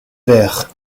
verres